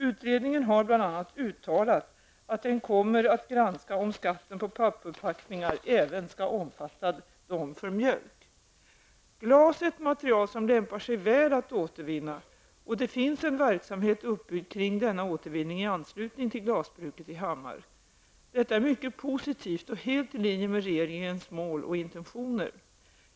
Utredningen har bl.a. uttalat att den kommer att granska om skatten på pappförpackningar även skall omfatta de för mjölk. Glas är ett material som lämpar sig väl att återvinna och det finns en verksamhet uppbyggd kring denna återvinning i anslutning till glasbruket i Hammar. Detta är mycket positivt och helt i linje med regeringens mål och intentioner.